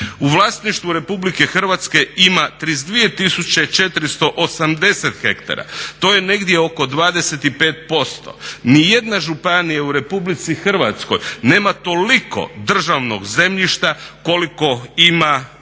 U vlasništvu RH ima 32.480 hektara, to je negdje oko 25%. Nijedna županija u RH nema toliko državnog zemljišta koliko ga ima